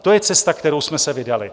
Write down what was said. To je cesta, kterou jsme se vydali.